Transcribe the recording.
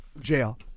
Jail